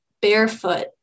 barefoot